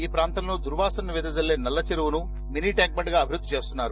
ఆ ప్రాంతంలో దుర్పాసనను వెదజల్లే నల్ల చెరువును మినీ ట్యాంక్బండ్గా అభివృద్ది చేస్తున్నారు